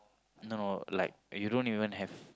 no like you don't even have